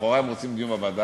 לכאורה הם רוצים דיון בוועדה,